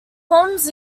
holmes